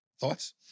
Thoughts